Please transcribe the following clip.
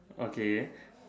okay